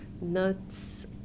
nuts